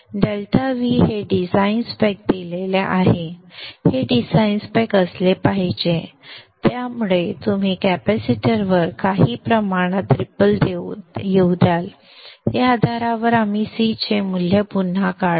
∆V हे design spec दिलेले आहे हे डिझाईन स्पेक असले पाहिजे ज्यामुळे तुम्ही कॅपेसिटरवर काही प्रमाणात रिपल येऊ द्याल त्या आधारावर आम्ही C चे मूल्य पुन्हा काढू